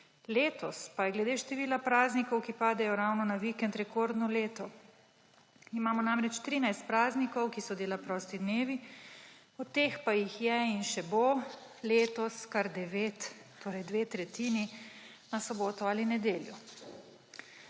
Letos pa je glede števila praznikov, ki padejo ravno na vikend, rekordno leto, imamo namreč 13 praznikov, ki so dela prosti dnevi, od teh pa jih je in še bo letos kar 9, torej dve tretjini, na soboto ali nedeljo.